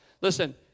Listen